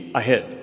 ahead